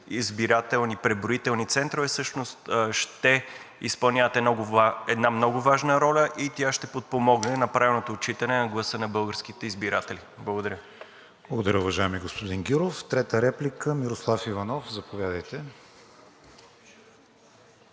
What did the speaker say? избирателни преброителни центрове всъщност ще изпълняват една много важна роля и тя ще подпомогне правилното отчитане на гласа на българските избиратели. Благодаря. ПРЕДСЕДАТЕЛ КРИСТИАН ВИГЕНИН: Благодаря, уважаеми господин Гюров. Трета реплика – Мирослав Иванов. Заповядайте.